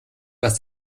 was